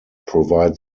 provide